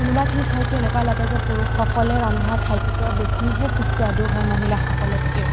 কোনোবাখিনিত হয়তো এনেকুৱা লাগে যে পুৰুষসকলে ৰন্ধা খাদ্য বেছিহে সুস্বাদু হয় মহিলাসকলতকৈও